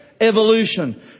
evolution